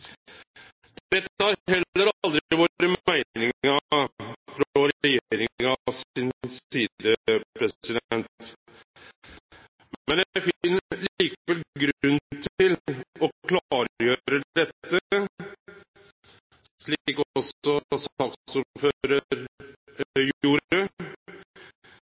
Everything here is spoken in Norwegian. Dette har heller aldri vore meininga frå regjeringa si side, men eg finn likevel grunn til å klargjere dette, slik